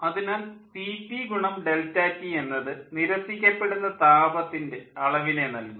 അതിനാൽ Cp ∆T എന്നത് നിരസിക്കപ്പെടുന്ന താപത്തിൻ്റെ അളവിനെ നൽകും